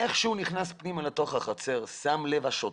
איך שהוא נכנס פנימה לתוך החצר, השוטר